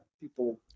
people